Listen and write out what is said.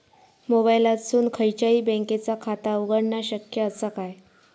मोबाईलातसून खयच्याई बँकेचा खाता उघडणा शक्य असा काय?